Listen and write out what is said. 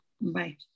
Bye